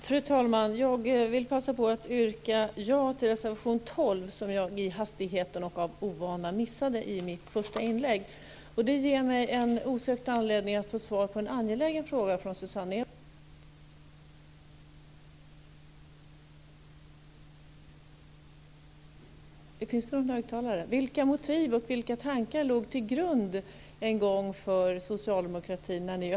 Fru talman! Nu hör inte det beslutet till det som behandlas av socialutskottet, även om jag som socialpolitiker är intresserad av det. Vi spelar enormt i Vi var från socialdemokraterna väldigt noggranna med att titta på det. Vi fick från forskarhåll reda på att just kasinon inte är det värsta. Ska vi verkligen komma åt spelberoendet borde vi förbjuda hästkapplöpningar. Gärna för mig.